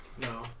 No